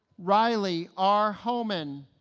riley r. homan